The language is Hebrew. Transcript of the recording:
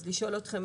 אז לשאול אתכם,